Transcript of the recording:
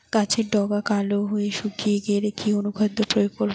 গাছের ডগা কালো হয়ে শুকিয়ে গেলে কি অনুখাদ্য প্রয়োগ করব?